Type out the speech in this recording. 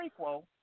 prequel